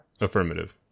Affirmative